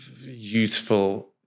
youthful